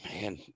man